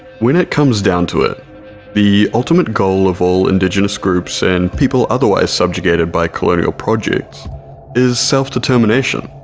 when it comes down to it the ultimate goal of all indigenous groups and people otherwise subjugated by colonial projects is self-determination,